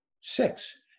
Six